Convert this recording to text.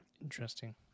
interesting